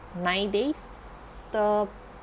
nine days the